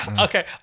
Okay